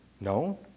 No